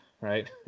right